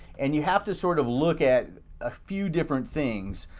and you have to sort of look at a few different things.